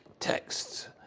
texts.